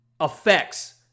effects